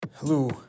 Hello